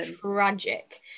tragic